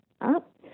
up